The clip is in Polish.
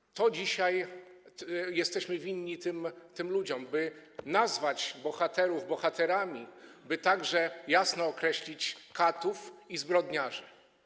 I to dzisiaj jesteśmy winni tym ludziom, by nazwać bohaterów bohaterami, by także jasno określić katów i zbrodniarzy.